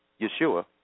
Yeshua